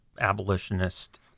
abolitionist